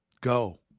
Go